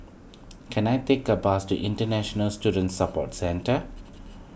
can I take a bus to International Student Support Centre